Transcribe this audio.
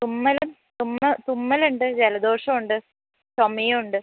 തുമ്മലും തുമ്മ തുമ്മൽ ഉണ്ട് ജലദോഷവും ഉണ്ട് ചുമയും ഉണ്ട്